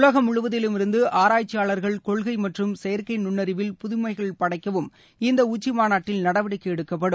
உலகம் முழுவதிலும் இருந்து ஆராய்ச்சியாளர்கள் கொள்கை மற்றம் செயற்கை நண்ணறிவில் புதுமைகள் படைக்கவும் இந்த உச்சி மாநாட்டில் நடவடிக்கை எடுக்கப்படும்